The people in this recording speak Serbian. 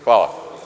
Hvala.